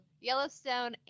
Yellowstone